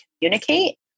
communicate